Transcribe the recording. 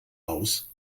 aus